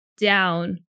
down